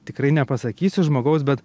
tikrai nepasakysiu žmogaus bet